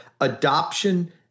adoption